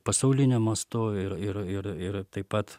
pasauliniu mastu ir ir ir ir taip pat